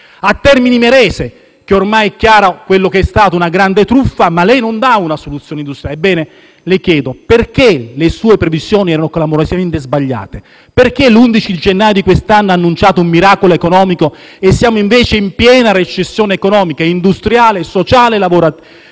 a Termini Imerese, dove ormai è chiara quella che è stata una grande truffa, ma dove ancora lei non dà una soluzione industriale. Le chiedo perché le sue previsioni fossero clamorosamente sbagliate; perché l'11 gennaio di quest'anno è stato annunciato un miracolo economico e siamo, invece, in piena recessione economica, industriale e sociale, del lavoro